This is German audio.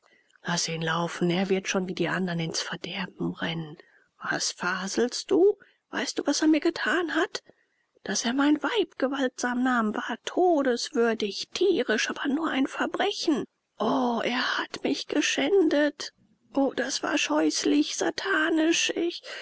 laß ihn laufen er wird schon wie die andern ins verderben rennen was faselst du weißt du was er mir getan hat daß er mein weib gewaltsam nahm war todeswürdig tierisch aber nur ein verbrechen o er hat mich geschändet und das war scheußlich satanisch ich